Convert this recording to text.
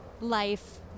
life